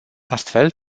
astfel